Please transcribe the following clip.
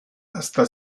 hasta